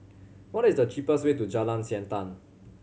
what is the cheapest way to Jalan Siantan